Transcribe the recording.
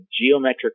geometric